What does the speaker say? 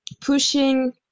pushing